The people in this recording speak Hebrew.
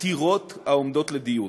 עתירות העומדות לדיון.